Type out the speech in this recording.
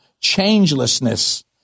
changelessness